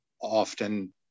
often